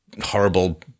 horrible